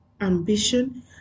ambition